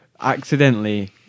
accidentally